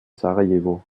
sarajevo